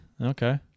Okay